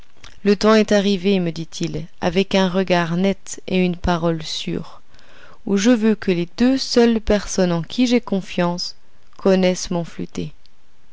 le temps est arrivé me dit-il avec un regard net et une parole sûre où je veux que les deux seules personnes en qui j'ai confiance connaissent mon flûter